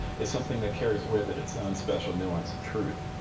it's something that carries with it its own special nuance of truth.